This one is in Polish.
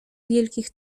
wielkich